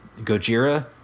Gojira